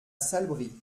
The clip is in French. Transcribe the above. salbris